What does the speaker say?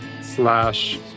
slash